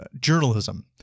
journalism